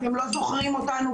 אתם לא זוכרים אותנו,